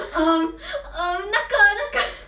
um um 那个那个